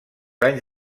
anys